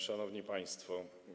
Szanowni Państwo!